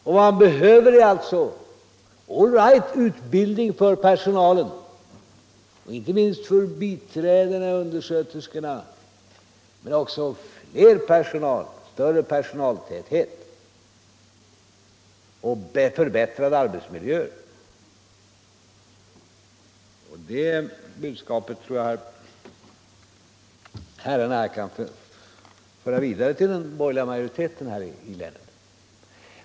Vad man behöver är alltså — all right — utbildning för personalen, inte minst för biträdena och undersköterskorna, men man behöver också större personaltäthet och förbättrade arbetsmiljöer. Det budskapet kanske herrarna här kan föra vidare till den borgerliga majoriteten i länet.